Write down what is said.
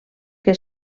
que